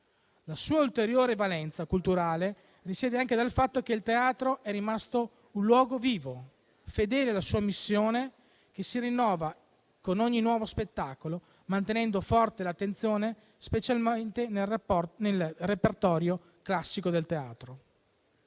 La sua ulteriore valenza culturale risiede anche nel fatto che il teatro è rimasto un luogo vivo, fedele alla sua missione, che si rinnova con ogni nuovo spettacolo, mantenendo forte l'attenzione, specialmente nel repertorio classico.